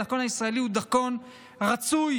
הדרכון הישראלי הוא דרכון רצוי,